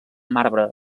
marbre